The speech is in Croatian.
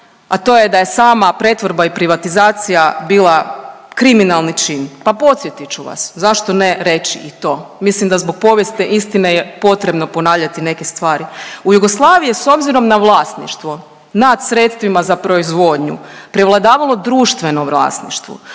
a to je da je sama pretvorba i privatizacija bila kriminalni čin, pa podsjetit ću vas, zašto ne reći i to? Mislim da zbog povijesti i istine je potrebno ponavljati neke stvari. U Jugoslaviji je s obzirom na vlasništvo nad sredstvima za proizvodnju prevladavalo društveno vlasništvo,